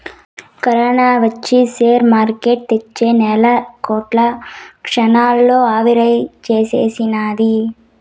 corona ఒచ్చి share market తెచ్చే వేల కోట్లు క్షణాల్లో ఆవిరిసేసినాది